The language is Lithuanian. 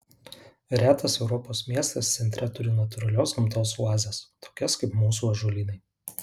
retas europos miestas centre turi natūralios gamtos oazes tokias kaip mūsų ąžuolynai